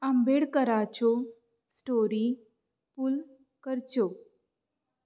आंबेडकराच्यो story pull करच्यो